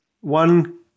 One